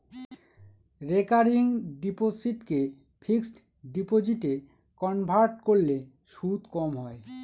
recurring ডিপোসিটকে fixed ডিপোজিটে convert করলে সুদ কম হয়